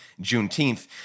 Juneteenth